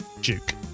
duke